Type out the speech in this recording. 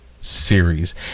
series